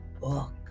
book